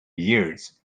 years